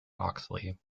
oxley